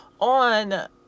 on